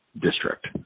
district